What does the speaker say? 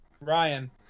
Ryan